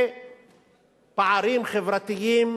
ופערים חברתיים